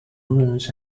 wounds